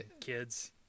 kids